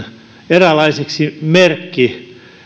eräänlaiseksi